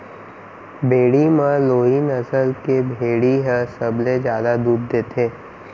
भेड़ी म लोही नसल के भेड़ी ह सबले जादा दूद देथे